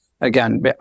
again